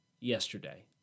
yesterday